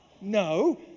No